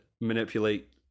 manipulate